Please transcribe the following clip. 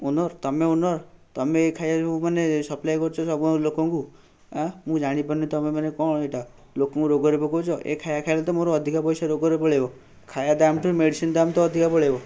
owner ତୁମେ owner ତୁମେ ଏ ଖାଇବା ଯେଉଁମାନେ ସପ୍ଲାଏ କରୁଛ ସବୁ ଲୋକଙ୍କୁ ମୁଁ ଜାଣି ପାରୁନି ତୁମେମାନେ କ'ଣ ଏଇଟା ଲୋକଙ୍କୁ ରୋଗରେ ପକାଉଛ ଏ ଖାଇବା ଖାଇଲେ ତ ମୋର ଅଧିକା ପଇସା ରୋଗରେ ପଳେଇବ ଖାଇବା ଦାମଠୁ ମେଡ଼ିସିନ୍ ଦାମ ତ ଅଧିକା ପଳେଇବା